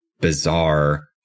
bizarre